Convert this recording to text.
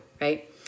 right